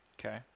Okay